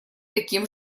таким